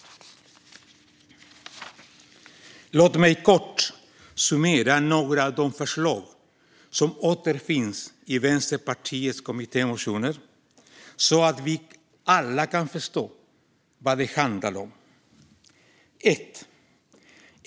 Låt mig kort summera några av de förslag som återfinns i Vänsterpartiets kommittémotioner, så att vi alla kan förstå vad det handlar om.